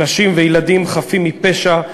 נשים וילדים חפים מפשע,